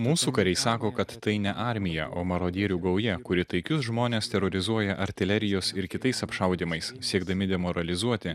mūsų kariai sako kad tai ne armija o marodierių gauja kuri taikius žmones terorizuoja artilerijos ir kitais apšaudymais siekdami demoralizuoti